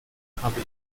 habe